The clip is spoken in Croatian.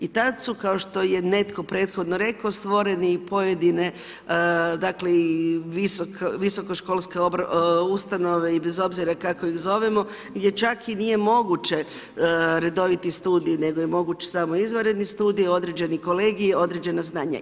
I tada su, kao što je netko prethodno rekao, stvorene pojedine, visokoškolske ustanove i bez obzira kako ih zovemo, gdje čak i nije moguće redoviti studij, nego je moguće samo izvanredni studij, određeni kolegiji i određena znanja.